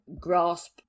grasp